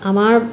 আমাৰ